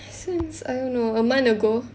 since I don't know a month ago